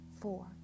four